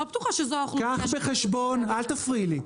אני לא בטוחה שזו האוכלוסייה --- אל תפריעי לי.